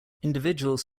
individuals